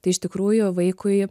tai iš tikrųjų vaikui